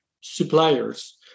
suppliers